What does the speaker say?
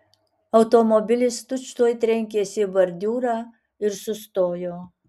automobilis tučtuoj trenkėsi į bordiūrą ir sustojo